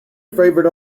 favorite